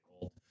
old